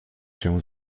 się